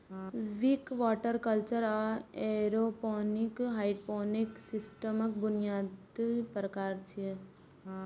Wick, water culture आ aeroponic hydroponic सिस्टमक बुनियादी प्रकार छियै